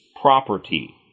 property